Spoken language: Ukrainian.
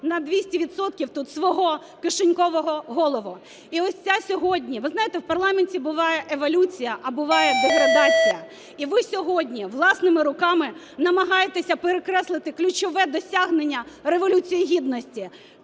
тут свого кишенькового Голову. І ось ця сьогодні... Ви знаєте, в парламенті буває еволюція, а буває деградація. І ви сьогодні власними руками намагаєтесь перекреслити ключове досягнення Революції Гідності